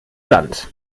sand